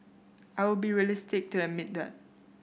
I will be realistic to admit that